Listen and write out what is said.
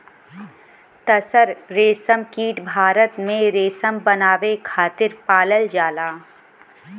तसर रेशमकीट भारत में रेशम बनावे खातिर पालल जाला